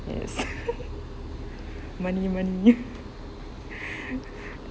yes money money